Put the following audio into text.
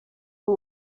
who